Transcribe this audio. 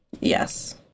Yes